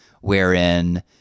wherein